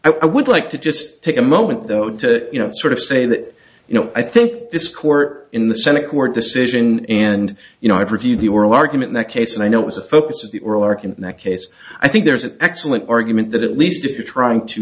i would like to just take a moment though to you know sort of say that you know i think this court in the senate court decision and you know i've reviewed the oral argument that case and i know it was a focus of the ork in that case i think there's an excellent argument that at least if you're trying to